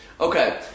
Okay